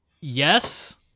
yes